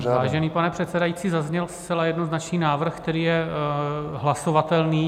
Vážený pane předsedající, zazněl zcela jednoznačný návrh, který je hlasovatelný.